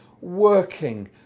working